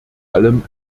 allem